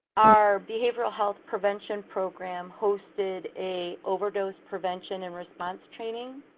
our behavioral health prevention program hosted a overdose prevention and response training.